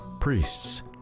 priests